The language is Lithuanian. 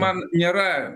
man nėra